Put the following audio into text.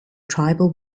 tribal